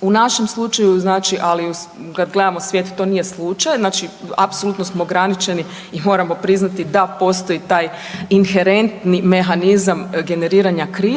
u našem slučaju, ali kad gledamo svijet to nije slučaj, znači apsolutno smo ograničeni i moramo priznati da postoji taj inherentni mehanizam generiranja kriza